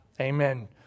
Amen